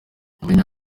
nyuma